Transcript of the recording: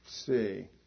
see